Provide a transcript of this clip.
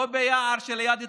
לא ביער שליד התנחלות.